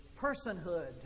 personhood